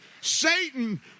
Satan